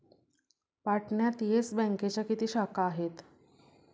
पाटण्यात येस बँकेच्या किती शाखा आहेत?